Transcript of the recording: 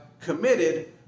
committed